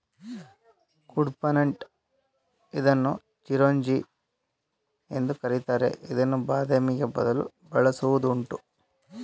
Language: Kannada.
ಕುಡ್ಪನಟ್ ಇದನ್ನು ಚಿರೋಂಜಿ ಎಂದು ಕರಿತಾರೆ ಇದನ್ನು ಬಾದಾಮಿಗೆ ಬದಲು ಬಳಸುವುದುಂಟು